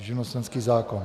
Živnostenský zákon.